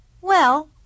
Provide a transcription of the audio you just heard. Well